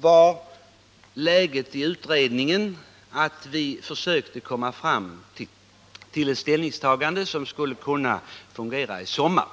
Vi försökte i utredningen komma fram till ett ställningstagande om hur det hela skulle fungera redan i sommar.